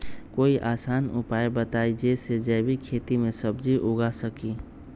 कोई आसान उपाय बताइ जे से जैविक खेती में सब्जी उगा सकीं?